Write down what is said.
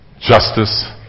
Justice